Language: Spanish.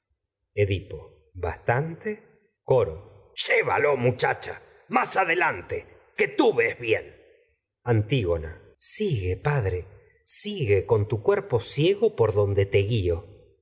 más bastante coro ves llévalo muchacha más adelante que tú bien antígona go sigue padre sigue con tu cuerpo cie por donde te guio